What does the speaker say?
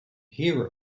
hero